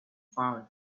found